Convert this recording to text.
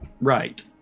right